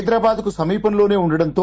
హైదరాబాద్కు సమీపంలోనే ఉండడంతో